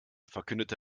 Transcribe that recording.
verkündete